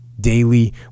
daily